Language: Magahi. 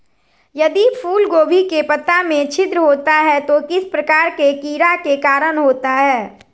यदि फूलगोभी के पत्ता में छिद्र होता है तो किस प्रकार के कीड़ा के कारण होता है?